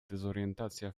dezorientacja